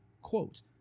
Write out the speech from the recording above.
Quote